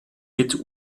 mit